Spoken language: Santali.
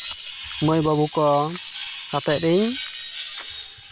ᱢᱟᱹᱭ ᱵᱟᱹᱵᱩ ᱠᱚ ᱟᱛᱮᱜ ᱤᱧ